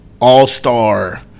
all-star